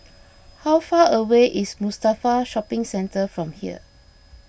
how far away is Mustafa Shopping Centre from here